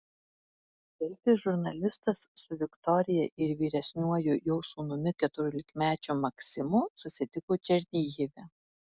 delfi žurnalistas su viktorija ir vyresniuoju jos sūnumi keturiolikmečiu maksimu susitiko černihive